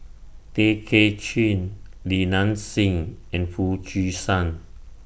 Tay Kay Chin Li Nanxing and Foo Chee San